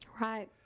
Right